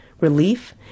relief